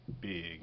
big